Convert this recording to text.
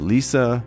Lisa